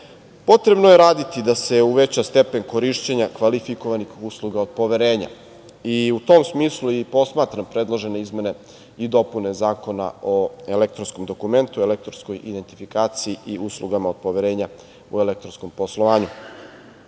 upravu. Potrebno je raditi da se uveća stepen korišćenja kvalifikovanih usluga od poverenja i u tom smislu i posmatram predložene izmene i dopune Zakona o elektronskom dokumentu, elektronskoj identifikaciji i uslugama od poverenja u elektronskom poslovanju. Veoma